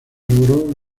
logró